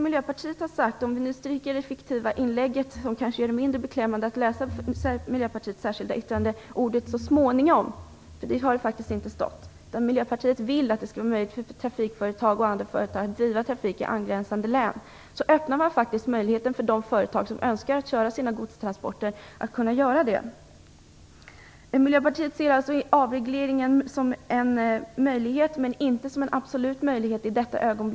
Vi stryker det fiktiva inlägget. Det gör det kanske mindre beklämmande att läsa Miljöpartiets särskilda yttrande. Vi har faktiskt inte använt orden "så småningom". Miljöpartiet vill att det skall vara möjligt för trafikföretag och andra företag att driva trafik i angränsande län. Man öppnar möjligheter för de företag som önskar köra sina godstransporter att göra det. Miljöpartiet ser alltså avregleringen som en möjlighet, men inte som en absolut möjlighet i detta ögonblick.